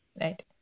Right